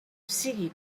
sigui